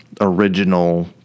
original